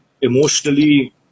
emotionally